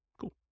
Cool